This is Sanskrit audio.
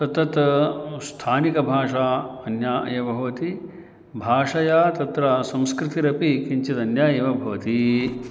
तत्तत् स्थानिकभाषा अन्या एव भवति भाषया तत्र संस्कृतिरपि किञ्चित् अन्या एव भवति